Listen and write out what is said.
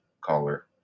color